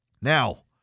Now